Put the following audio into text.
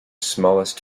smallest